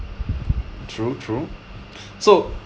true true so